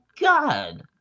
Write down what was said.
God